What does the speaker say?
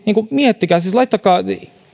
miettikää laittakaa